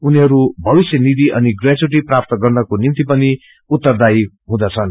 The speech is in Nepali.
उनीहरू भविष्य निधि अनि ग्रेच्यूटि प्राप्त गर्नको निम्ति पनि उत्तरदायी हुँदछन्